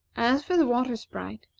as for the water sprite,